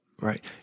Right